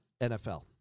NFL